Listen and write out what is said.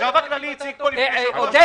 החשב הכללי הציג פה --- עודד,